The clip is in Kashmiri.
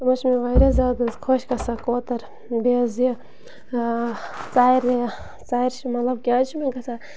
تِم حظ چھِ مےٚ واریاہ زیادٕ حظ خۄش گژھان کوتَر بیٚیہِ حظ یہِ ژَرِ ژَرِ چھِ مطلب کیٛازِ چھِ مےٚ گژھان